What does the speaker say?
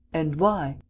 and why?